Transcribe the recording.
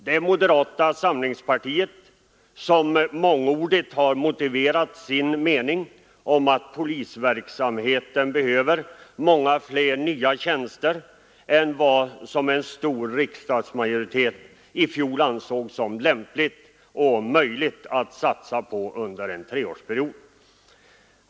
Det är moderata samlingspartiets, där man mångordigt har motiverat sin mening att polisverksamheten behöver många fler nya tjänster än vad en stor riksdagsmajoritet i fjol ansåg lämpligt och möjligt att satsa på under en treårsperiod.